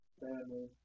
family